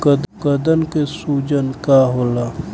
गदन के सूजन का होला?